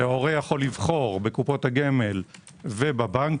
שההורה יכול לבחור בקופות הגמל ובבנקים